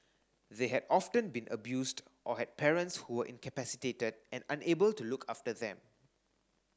they had often been abused or had parents who were incapacitated and unable to look after them